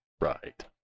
right